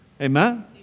Amen